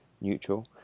neutral